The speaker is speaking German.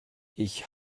ich